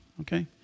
Okay